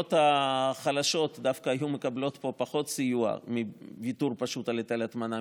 הרשויות החלשות דווקא היו מקבלות פחות סיוע מהוויתור על היטל ההטמנה.